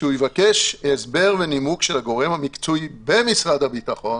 שהוא יבקש הסבר ונימוק של הגורם המקצועי במשרד הביטחון,